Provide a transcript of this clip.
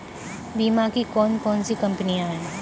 बीमा की कौन कौन सी कंपनियाँ हैं?